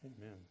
Amen